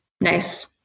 nice